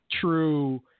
true